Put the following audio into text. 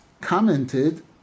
commented